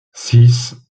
six